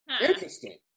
Interesting